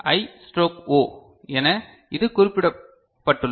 ஐ stroke O என இது குறிப்பிடப்பட்டுள்ளது